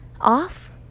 off